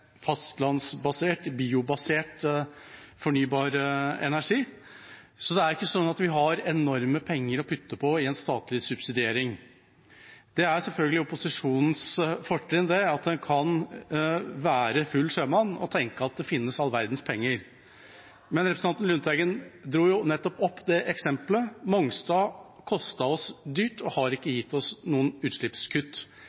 fastlandsbasert, biobasert fornybar energi, så vi har ikke enormt med penger å putte inn i en statlig subsidiering. Det er selvfølgelig opposisjonens fortrinn at den kan være en full sjømann og tenke at det finnes all verdens med penger. Representanten Lundteigen trakk fram et eksempel på det: Mongstad kostet oss dyrt og har ikke